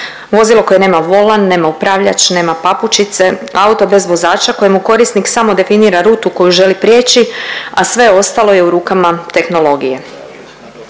Vozilo koje nema volan, nema upravljač, nema papučice, auto bez vozača kojemu korisnik samo definira rutu koju želi prijeći, a sve ostalo je u rukama tehnologije.